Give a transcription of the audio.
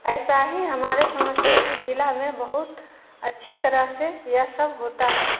ऐसा ही हमारे समस्तीपुर ज़िला में बहुत अच्छी तरह से यह सब होता है